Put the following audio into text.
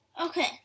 Okay